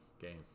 game